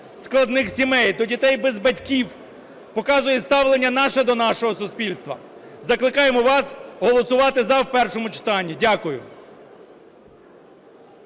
складних сімей, до дітей без батьків показує ставлення наше до нашого суспільства. Закликаємо вас голосувати "за" в першому читанні. Дякую.